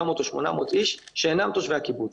700 או 800 אנשים שאינם תושבי הקיבוץ